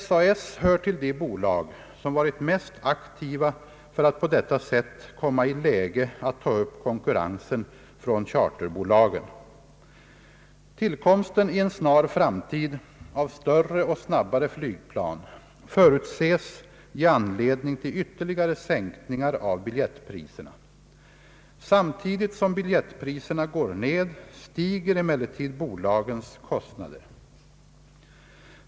SAS hör till de bolag som varit mest aktiva för att på detta sätt komma i läge att ta upp konkurrensen från charterbolagen. Tillkomsten i en snar framtid av större och snabbare flygplan förutses ge anledning till ytterligare sänkningar av biljettpriserna. Samtidigt som biljettpriserna går ned stiger emellertid bolagens kostnader.